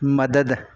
मदद